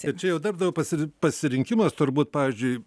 ir čia jau darbdavio pasi pasirinkimas turbūt pavyzdžiui